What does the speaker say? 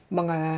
mga